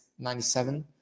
97